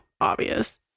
obvious